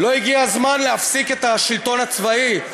לא הגיע הזמן להפסיק את השלטון הצבאי?